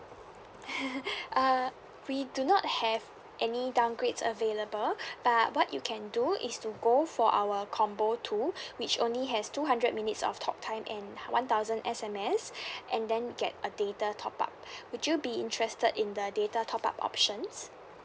uh we do not have any downgrades available but what you can do is to go for our combo two which only has two hundred minutes of talk time and one thousand S_M_S and then get a data top up would you be interested in the data top up options